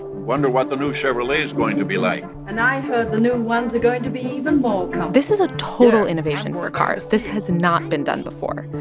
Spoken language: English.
wonder what the new chevrolet is going to be like and i heard the new ones are going to be even more comfortable this is a total innovation for cars. this has not been done before.